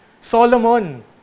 Solomon